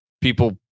people